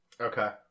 Okay